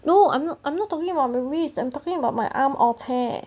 no I'm not I'm not talking about my wrist I'm talking about my arm oh cheng